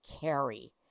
carry